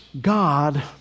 God